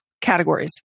categories